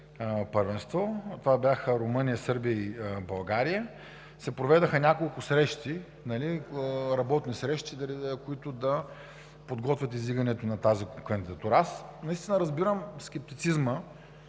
първенство, това бяха Румъния, Сърбия и България, се проведоха няколко работни срещи, които да подготвят издигането на тази кандидатура. Аз разбирам скептицизма